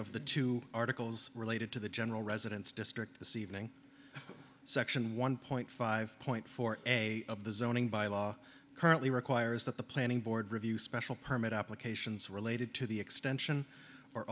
of the two articles related to the general residence district to see evening section one point five point four a of the zoning by law currently requires that the planning board review special permit applications related to the extension or